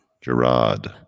gerard